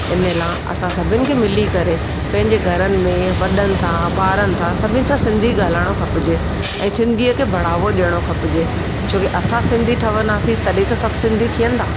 इन लाइ असां सभिनि खे मिली करे पंहिंजे घरनि में वॾनि सां ॿारनि सां सभिनि सां सिंधी ॻाल्हाइणो खपजे ऐं सिंधीअ खे बढ़ावो ॾियणो खपजे छोकी असां सिंधी ठवंदासी तॾहिं त सभु सिंधी थियंदा